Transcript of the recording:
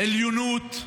עליונות,